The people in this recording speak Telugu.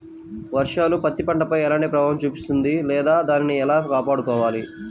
వర్షాలు పత్తి పంటపై ఎలాంటి ప్రభావం చూపిస్తుంద లేదా దానిని ఎలా కాపాడుకోవాలి?